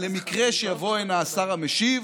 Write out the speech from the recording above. למקרה שיבוא הנה השר המשיב